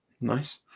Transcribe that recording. nice